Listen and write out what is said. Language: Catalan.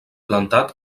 plantat